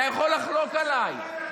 אתה יכול לחלוק עליי.